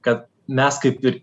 kad mes kaip ir